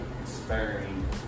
inspiring